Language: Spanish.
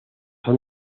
son